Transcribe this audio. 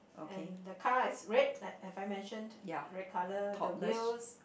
and the car is red like have I mentioned red colour the wheels